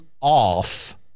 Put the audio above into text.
off